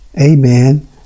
Amen